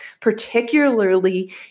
particularly